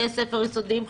בתי ספר יסודיים,